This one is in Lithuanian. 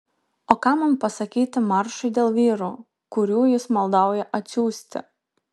o ką man pasakyti maršui dėl vyrų kurių jis maldauja atsiųsti